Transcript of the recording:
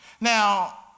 Now